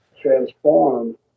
transform